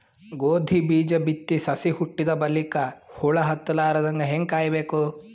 ಗೋಧಿ ಬೀಜ ಬಿತ್ತಿ ಸಸಿ ಹುಟ್ಟಿದ ಬಲಿಕ ಹುಳ ಹತ್ತಲಾರದಂಗ ಹೇಂಗ ಕಾಯಬೇಕು?